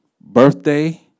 birthday